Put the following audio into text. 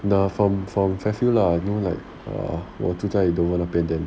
ya from from fairfield lah you know like err 我住在 dover 那边 then